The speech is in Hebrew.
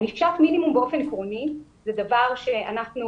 ענישת מינימום באופן עקרוני זה דבר שאנחנו,